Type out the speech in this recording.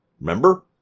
Remember